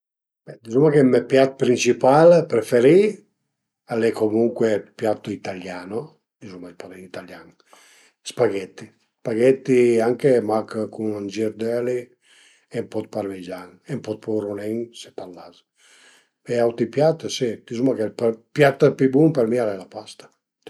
Be dizuma che me piat principal, preferì al e comuncue ën piatto italiano, dizuma për parlé ën italian, spaghetti, spaghetti anche mach cun ën gir d'öli e ën po dë parmigian o puvrunin së t'las e auti piat si dizuma ch'ël piat pi bun për mi al e la pasta tüt li